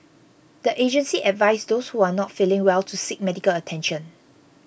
the agency advised those who are not feeling well to seek medical attention